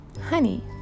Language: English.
honey